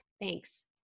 Thanks